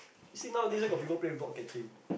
you see nowadays where got people play block catching